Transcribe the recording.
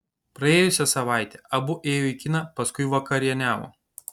praėjusią savaitę abu ėjo į kiną paskui vakarieniavo